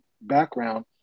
background